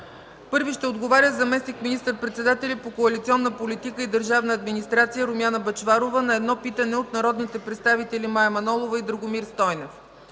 11,00 ч.: – заместник министър-председателят по коалиционна политика и държавна администрация Румяна Бъчварова ще отговори на едно питане от народните представители Мая Манолова и Драгомир Стойнев;